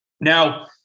Now